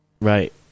Right